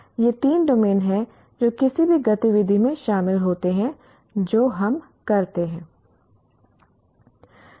ये तीन डोमेन हैं जो किसी भी गतिविधि में शामिल होते हैं जो हम करते हैं